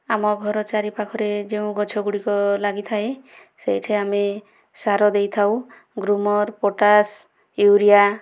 ଆମ ଘର ଚାରିପାଖରେ ଯେଉଁ ଗଛଗୁଡ଼ିକ ଲାଗିଥାଏ ସେଇଠି ଆମେ ସାର ଦେଇଥାଉ ଗ୍ରୁମର ପଟାସ ୟୁରିଆ